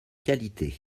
qualité